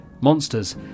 Monsters